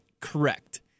correct